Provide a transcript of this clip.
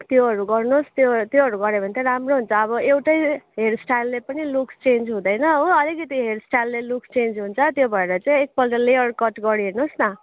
त्योहरू गर्नुहोस् त्यो त्योहरू गऱ्यो भने चाहिँ राम्रो हुन्छ अब एउटै हेयरस्टाइलले पनि लुक्स चेन्ज हुँदैन हो आलिकति हेयरस्टाइलले लुक्स चेन्ज हुन्छ त्यो भएर चाहिँ एकपल्ट लेयर कट गरिहेर्नुहोस् न